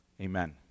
Amen